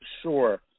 Sure